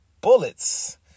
Bullets